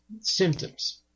symptoms